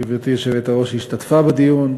גברתי היושבת-ראש השתתפה בדיון,